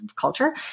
culture